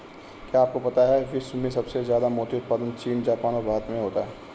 क्या आपको पता है विश्व में सबसे ज्यादा मोती उत्पादन चीन, जापान और भारत में होता है?